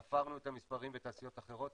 ספרנו את המספרים בתעשיות אחרות,